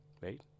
right